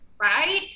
right